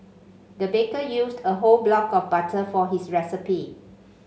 the baker used a whole block of butter for his recipe